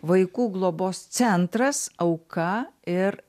vaikų globos centras auka ir